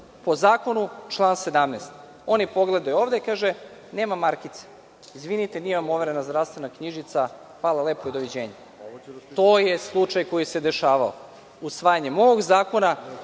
lica, član 17. Oni pogledaju ovde i kažu: „Nema markice. Izvinite, nije vam overena zdravstvena knjižica. Hvala lepo i doviđenja.“ To je slučaj koji se dešavao. Usvajanjem ovog zakona,